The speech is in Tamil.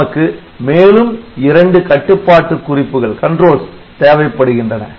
நமக்கு மேலும் இரண்டு கட்டுப்பாட்டு குறிப்புகள் தேவைப்படுகின்றன